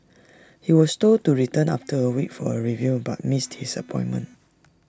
he was told to return after A week for A review but missed his appointment